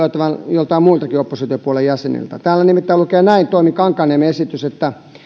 joiltain muiltakin oppositiopuolueiden jäseniltä täällä nimittäin lukee toimi kankaanniemen esityksessä näin